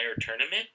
tournament